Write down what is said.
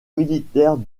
militaire